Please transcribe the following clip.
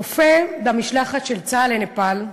רופא במשלחת של צה"ל לנפאל,